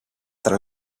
tra